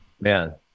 Man